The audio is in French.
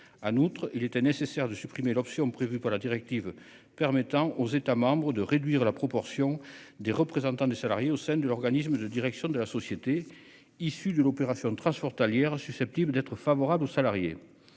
notre il était nécessaire de supprimer l'option prévue par la directive permettant aux États de réduire la proportion des représentants des salariés au sein de l'organisme de direction de la société issue d'une opération transfrontalière susceptibles d'être favorable aux salariés.